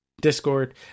Discord